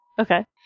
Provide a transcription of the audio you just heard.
okay